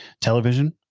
television